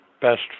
best